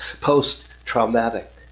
post-traumatic